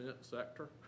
sector